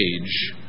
age